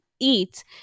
eat